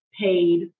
Paid